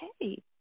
Hey